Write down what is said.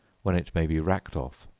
when it may be racked off,